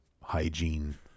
hygiene